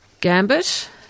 gambit